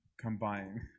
combine